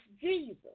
Jesus